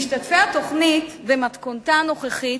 משתתפי התוכנית במתכונתה הנוכחית